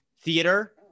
theater